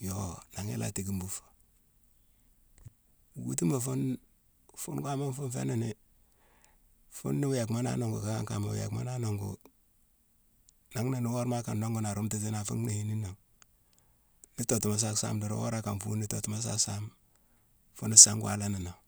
yoo nanghi ila téékine buu fo. Wuutuma fune, fune wama fune fé ni fune ni wéégma la anongu kan kama, wéégma nan nongu; nanghna ni worama akane nongu ni arumtatini a fu nhéyine ni nangh. Ni tottuma saa saame dorong worama akane fune tottuma saa saame fune saa gwalan ni nangh